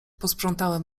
posprzątałem